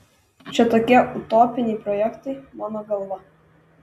čia tokie utopiniai projektai mano galva